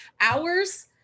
Hours